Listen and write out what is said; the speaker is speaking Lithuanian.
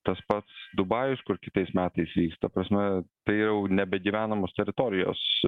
tas pats dubajus kur kitais metais vyks ta prasme tai jau nebegyvenamos teritorijos